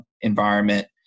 environment